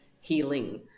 healing